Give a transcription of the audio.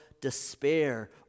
despair